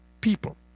people